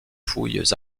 fouilles